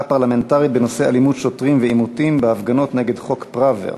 פרלמנטרית בנושא אלימות שוטרים ועימותים בהפגנות נגד חוק פראוור.